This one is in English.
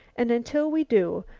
and until we do,